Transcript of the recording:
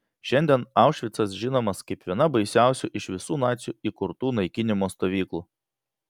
šiandien aušvicas žinomas kaip viena baisiausių iš visų nacių įkurtų naikinimo stovyklų